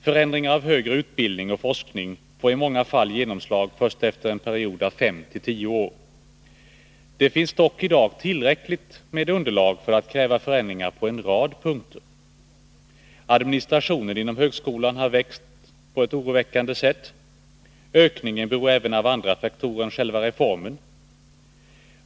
Förändringar av högre utbildning och forskning får i många fall genomslag först efter en period av fem till tio år. Det finns dock i dag tillräckligt underlag för krav på förändringar på en rad punkter. Administrationen inom högskolan har ökat på ett oroväckande sätt. Ökningen beror även på andra faktorer än själva reformen.